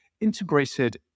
integrated